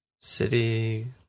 city